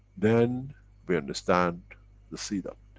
then we understand the seed of